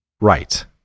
Right